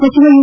ಸಚಿವ ಯು